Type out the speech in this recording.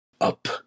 up